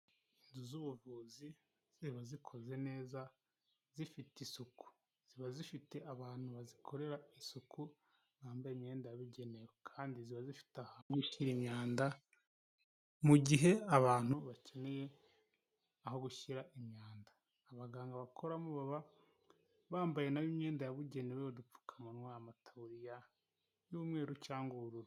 Inzu z'ubuvuzi ziba zikoze neza zifite isuku, ziba zifite abantu bazikorera isuku bambaye imyenda yabugenewe kandi ziba zifite ahantu ho gushyira imyanda mu gihe abantu bakeneye aho gushyira imyanda, abaganga bakoramo baba bambaye nabo imyenda yabugenewe udupfukamunwa amatoririya y'umweru cyangwa ubururu.